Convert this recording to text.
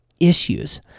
Issues